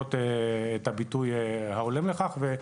שמקבלות את הביטוי ההולם לכך.